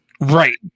Right